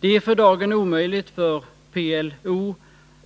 Det är för dagen omöjligt för PLO